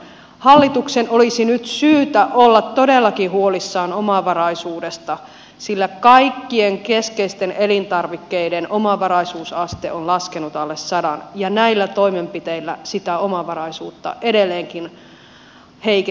hallituksen olisi nyt syytä olla todellakin huolissaan omavaraisuudesta sillä kaikkien keskeisten elintarvikkeiden omavaraisuusaste on laskenut alle sadan ja näillä toimenpiteillä sitä omavaraisuutta edelleenkin heikennetään